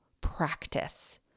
practice